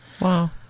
Wow